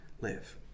live